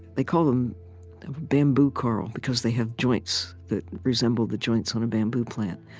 they call them bamboo coral, because they have joints that resemble the joints on a bamboo plant